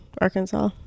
arkansas